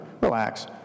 Relax